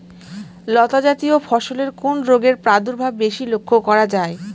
লতাজাতীয় ফসলে কোন রোগের প্রাদুর্ভাব বেশি লক্ষ্য করা যায়?